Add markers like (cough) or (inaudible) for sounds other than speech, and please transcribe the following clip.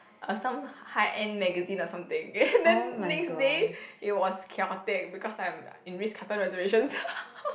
uh some high end magazine or something (laughs) then next day it was chaotic because I'm in Ritz-Carlton reservations (laughs)